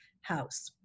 house